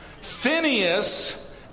Phineas